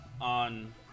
on